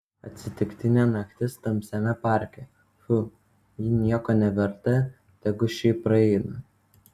atsitiktinė naktis tamsiame parke pfu ji nieko neverta tegu šiaip praeina